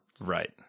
Right